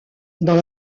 dans